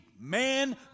man